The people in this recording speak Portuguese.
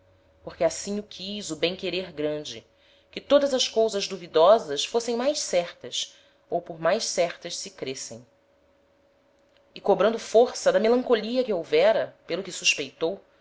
porque assim o quis o bem querer grande que todas as cousas duvidosas fossem mais certas ou por mais certas se crêssem e cobrando força da melancolia que houvera pelo que suspeitou